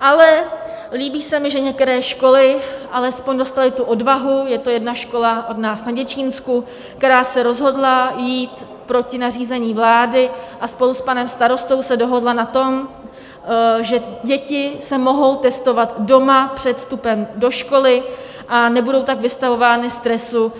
Ale líbí se mi, že některé školy alespoň dostaly tu odvahu, je to jedna škola od nás na Děčínsku, která se rozhodla jít proti nařízení vlády a spolu s panem starostou se dohodla na tom, že děti se mohou testovat doma před vstupem do školy, a nebudou tak vystavovány stresu